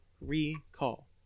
Recall